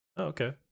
Okay